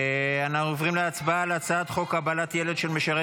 אנחנו עוברים להצבעה על הצעת חוק קבלת ילד של משרת